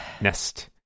Nest